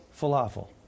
falafel